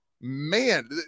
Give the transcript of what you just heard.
man